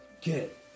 Get